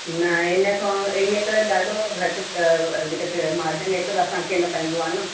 न इन खां हीअ त ॾाढो घटि वधीक त मार्जन एतिरो असांखे न पवंदो आहे न